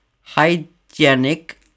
hygienic